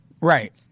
Right